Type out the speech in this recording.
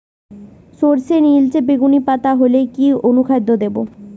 সরর্ষের নিলচে বেগুনি পাতা হলে কি অনুখাদ্য দেবো?